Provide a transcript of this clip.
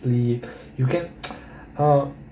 sleep you get uh